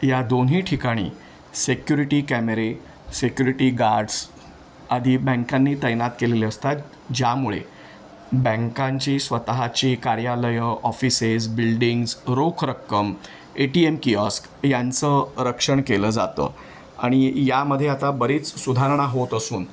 या दोन्ही ठिकाणी सेक्युरिटी कॅमेरे सेक्युरिटी गार्ड्स आधी बँकांनी तैनात केलेले असतात ज्यामुळे बँकांची स्वतःची कार्यालयं ऑफिसेस बिल्डिंग्स रोख रक्कम ए टी एम कियॉस्क यांचं रक्षण केलं जातं आणि यामध्ये आता बरीच सुधारणा होत असून